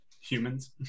humans